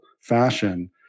fashion